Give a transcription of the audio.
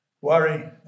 Worry